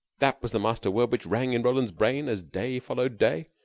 that was the master-word which rang in roland's brain as day followed day.